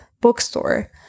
bookstore